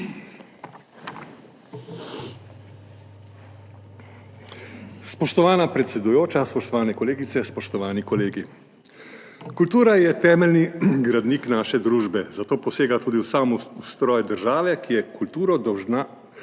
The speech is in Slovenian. Spoštovana predsedujoča, spoštovane kolegice, spoštovani kolegi! Kultura je temeljni gradnik naše družbe, zato posega tudi v sam ustroj države, ki je kulturo dolžna